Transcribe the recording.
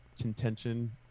contention